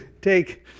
take